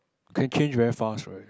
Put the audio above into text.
can change very fast right